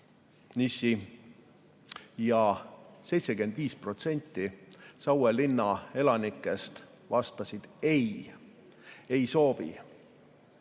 75% Saue linna elanikest vastasid: ei, ei soovi.